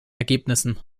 ergebnissen